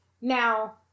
Now